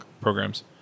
programs